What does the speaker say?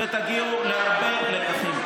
ותגיעו להרבה לקחים.